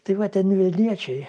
tai va ten vilniečiai